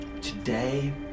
today